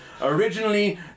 Originally